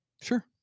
sure